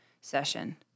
session